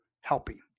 helping